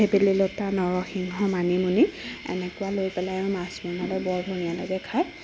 ভেবেলি লতা নৰসিংহ মানিমুনি এনেকুৱা লৈ পেলাই মাছ বনালে বৰ ধুনীয়া লাগে খায়